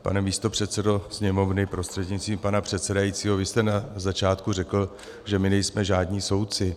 Pane místopředsedo Sněmovny prostřednictvím pana předsedajícího, vy jste na začátku řekl, že my nejsme žádní soudci.